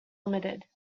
limited